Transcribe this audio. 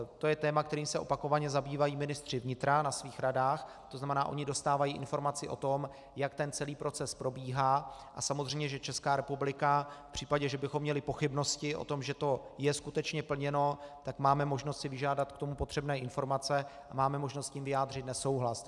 To je téma, kterým se opakovaně zabývají ministři vnitra na svých radách, to znamená, oni dostávají informaci o tom, jak ten celý proces probíhá, a samozřejmě že Česká republika v případě, že bychom měli pochybnosti o tom, že to je skutečně plněno, tak máme možnost si k tomu vyžádat potřebné informace a máme možnost s tím vyjádřit nesouhlas.